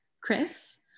Chris